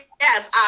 yes